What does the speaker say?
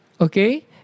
okay